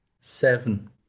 seven